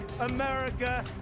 America